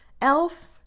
elf